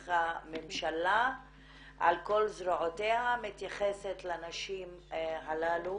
איך הממשלה על כל זרועותיה מתייחסת לנשים הללו